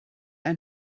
ein